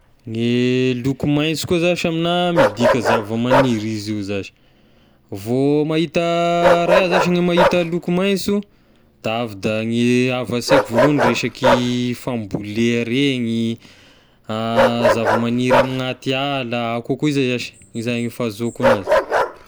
Gne loko mainso koa zashy amigna midika zavamaniry izy io zashy, vo mahita- raha iahy zashy mahita ny loko mainso da avy da ny avy an-saiko voalohany resaky fambolea regny, zavamaniry amign'ny atiala, akoa koa zay zashy, zay ny fahazahoko anazy.